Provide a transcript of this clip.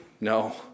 No